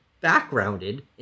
backgrounded